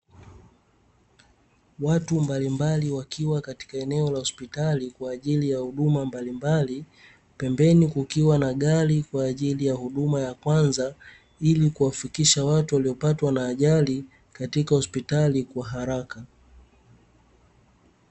Watu mbalimbali wakiwa katika eneo la hospitali kwajili ya huduma mbalimbali, pembeni kukiwa na gari kwajili ya huduma ya kwanza ili kuwafikisha watu waliopatwa na ajali katika hospitali kwa haraka.